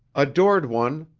adored one,